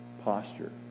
posture